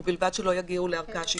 ובלבד שלא יגיעו לערכאה שיפוטית.